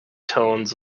tones